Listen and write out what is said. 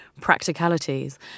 practicalities